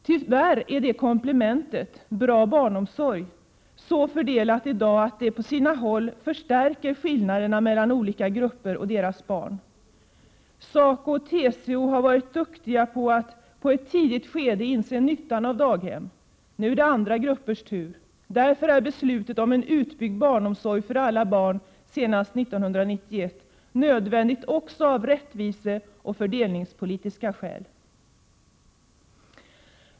Tyvärr är komplementet — bra barnomsorg — i dag så fördelat att det på sina håll förstärker skillnaderna mellan olika grupper och deras barn. SACO och TCO har varit duktiga att på ett tidigt skede inse nyttan av daghem. Nu är det andra gruppers tur. Därför är beslutet om en utbyggd barnomsorg för alla barn senast 1991 nödvändigt också av rättviseskäl och fördelningspolitiska skäl.